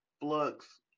flux